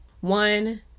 one